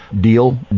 deal